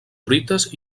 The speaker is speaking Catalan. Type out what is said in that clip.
truites